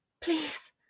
Please